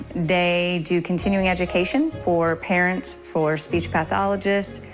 they do continuing education for parents, for speech pathologists.